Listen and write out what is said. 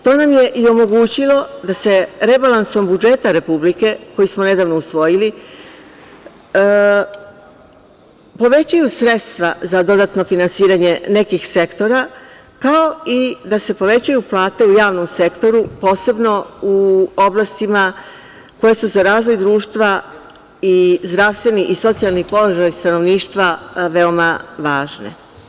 To nam je i omogućilo da se rebalansom budžeta Republike, koji smo nedavno usvojili, povećaju sredstva za dodatno finansiranje nekih sektora, kao i da se povećaju plate u javnom sektoru, posebno u oblastima koje su za razvoj društva i zdravstveni i socijalni položaj stanovništva veoma važne.